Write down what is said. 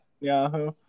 Yahoo